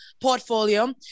portfolio